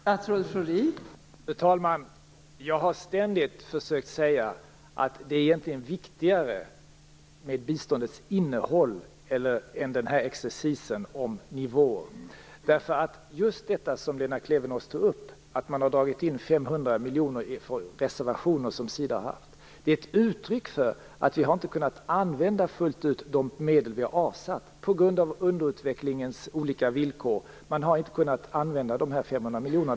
Fru talman! Jag har ständigt försökt säga att det egentligen är viktigare med biståndets innehåll än denna exercis om nivån. Just det som Lena Klevenås tog upp, att man har dragit in 500 miljoner i reservationer som Sida har haft, är ett uttryck för att vi inte fullt ut har kunnat använda de medel vi avsatt på grund av underutvecklingens olika villkor. Man har inte kunnat använda dessa 500 miljoner.